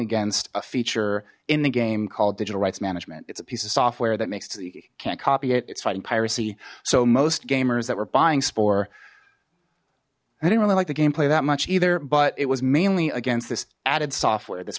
against a feature in the game called digital rights management it's a piece of software that makes the can't copy it it's fighting piracy so most gamers that were buying spore i didn't really like the gameplay that much either but it was mainly against this added software this